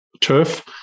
turf